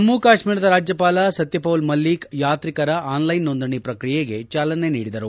ಜಮ್ನು ಕಾಶ್ಲೀರದ ರಾಜ್ಯಪಾಲ ಸತ್ಯ ಪೌಲ್ ಮಲ್ಲಿಕ್ ಯಾತ್ರಿಕರ ಆನ್ಲ್ಟೆನ್ ಸೋಂದಣಿ ಪ್ರಕ್ರಿಯೆಗೆ ಚಾಲನೆ ನೀಡಿದ್ದರು